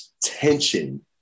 tension